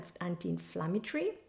anti-inflammatory